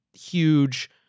huge